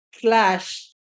clash